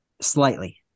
Slightly